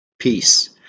Peace